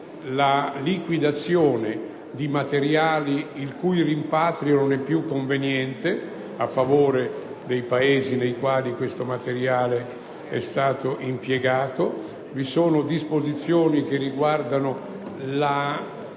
la liquidazione di materiali, il cui rimpatrio non è più conveniente, a favore dei Paesi nei quali questo materiale è stato impiegato. Il decreto contiene poi disposizioni che riguardano la